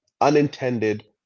unintended